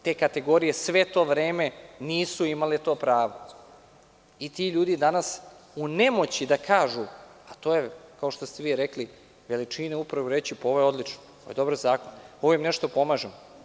Te kategorije sve to vreme nisu imale to pravo i ti ljudi danas u nemoći da kažu, a to je kao što ste vi rekli, veličina je upravo reći – pa ovo je odlično, dobar je zakon, ovim nešto pomažemo.